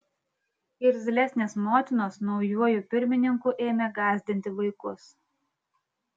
irzlesnės motinos naujuoju pirmininku ėmė gąsdinti vaikus